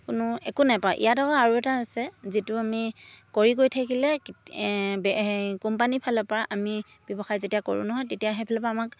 কোনো একো নাপাওঁ ইয়াত আকৌ আৰু এটা হৈছে যিটো আমি কৰি গৈ থাকিলে কোম্পানীৰফালৰপৰা আমি ব্যৱসায় যেতিয়া কৰোঁ নহয় তেতিয়া সেইফালৰপৰা আমাক